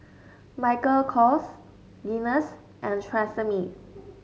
Michael Kors Guinness and Tresemme